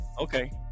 Okay